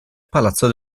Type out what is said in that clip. palazzo